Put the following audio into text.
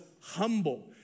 humble